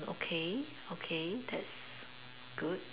okay okay that's good